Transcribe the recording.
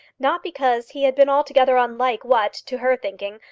not because he had been altogether unlike what, to her thinking,